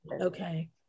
Okay